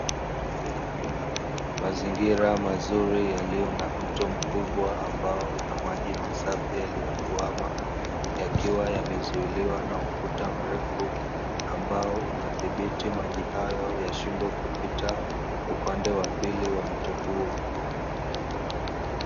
Mazingira mazuri yaliyo na mto mkubwa ambao una maji masafi yaliyotwama, yakiwa yamezuiliwa na ukuta mrefu, ambao unathibiti maji hayo yashindwe kupita upande wa pili wa mto huo.